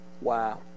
Wow